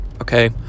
Okay